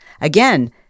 again